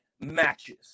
matches